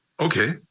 Okay